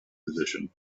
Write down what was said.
position